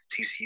TCU